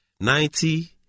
Ninety